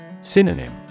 Synonym